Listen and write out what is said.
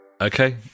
Okay